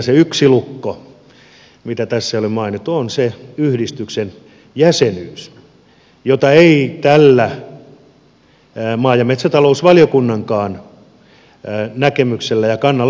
se yksi lukko mitä tässä ei ole mainittu on se yhdistyksen jäsenyys jota ei tälläkään maa ja metsätalousvaliokunnan näkemyksellä ja kannalla ratkaista